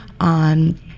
on